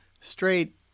straight